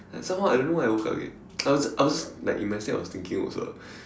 like somehow I don't know why I woke up again I was just I was just in my sleep I was thinking also ah